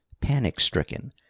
panic-stricken